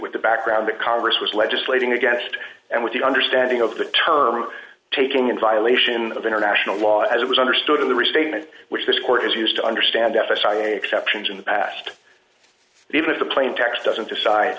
with the background that congress was legislating against and with the understanding of the term taking in violation of international law as it was understood in the restatement which this court has used to understand s s i a exceptions in the past even if the plain text doesn't decide